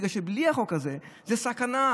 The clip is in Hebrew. בגלל שבלי החוק הזה זו סכנה,